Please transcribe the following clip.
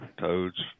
toads